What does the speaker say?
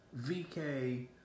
VK